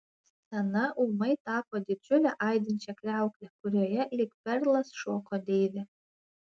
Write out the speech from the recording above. scena ūmai tapo didžiule aidinčia kriaukle kurioje lyg perlas šoko deivė